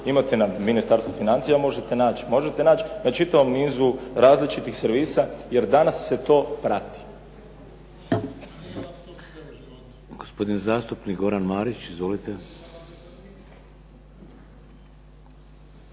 nizu, na Ministarstvu financija možete naći, možete naći na čitavom nizu različitih servisa jer danas se to prati.